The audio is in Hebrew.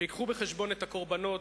שיביאו בחשבון את הקורבנות